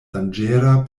danĝera